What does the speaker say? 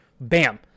bam